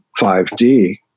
5D